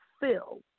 fill